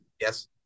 yes